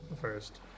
first